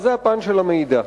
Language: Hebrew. וזה הפן של המידע.